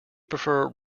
prefer